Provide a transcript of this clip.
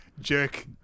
Jerk